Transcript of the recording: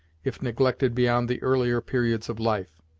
if neglected beyond the earlier periods of life.